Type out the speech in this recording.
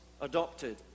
adopted